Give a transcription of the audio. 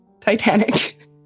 titanic